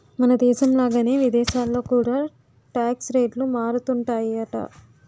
మనదేశం లాగానే విదేశాల్లో కూడా టాక్స్ రేట్లు మారుతుంటాయట